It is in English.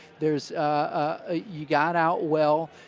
there's ah you got out well,